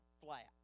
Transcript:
flat